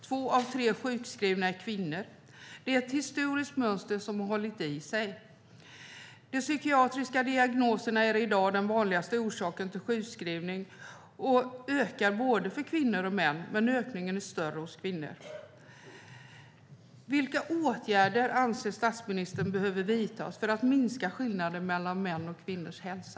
Två av tre sjukskrivna är kvinnor. Det är ett historiskt mönster som har hållit i sig. De psykiatriska diagnoserna är i dag den vanligaste orsaken till sjukskrivning, och de ökar för både kvinnor och män - men ökningen är större hos kvinnor. Vilka åtgärder anser statsministern behöver vidtas för att minska skillnaden mellan mäns och kvinnors hälsa?